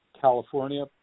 California